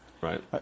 Right